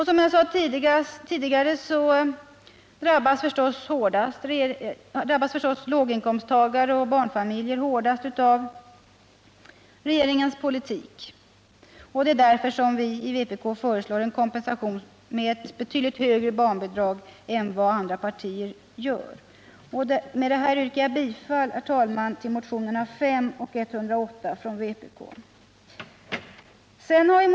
Som jag sade tidigare drabbas förstås inkomsttagare och barnfamiljer hårdast av regeringens politik. Därför föreslår vpk en kompensation med ett betydligt högre barnbidrag än vad andra partier gör. Med detta yrkar jag bifall till motionerna 5, 108 och 151 från vpk.